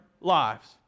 lives